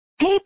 Hey